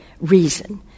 reason